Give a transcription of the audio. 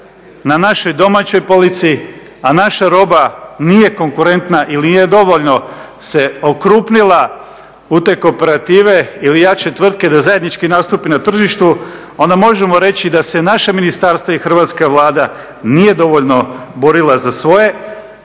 na našoj domaćoj polici, a naša roba nije konkurentna ili nije dovoljno se okrupnila u to kooperative ili jače tvrtke da zajednički nastupi na tržištu onda možemo reći da se naše ministarstvo i hrvatska Vlada nije dovoljno borila za svoje,a